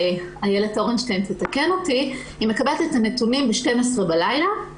ואיילת אורנשטיין תתקן אותי - ב-12:00 בלילה,